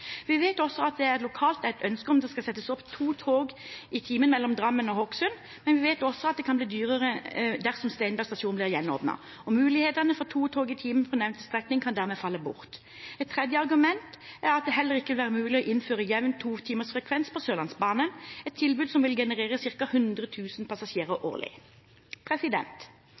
Vi vet også at det lokalt er et ønske om at det skal settes opp to tog i timen mellom Drammen og Hokksund, men vi vet også at det kan bli dyrere dersom Steinberg stasjon blir gjenåpnet, og mulighetene for to tog i timen på nevnte strekning kan dermed falle bort. Et tredje argument er at det heller ikke vil være mulig å innføre jevn totimersfrekvens på Sørlandsbanen, et tilbud som vil genere ca. 100 000 passasjerer